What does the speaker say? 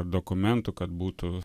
dokumentų kad būtų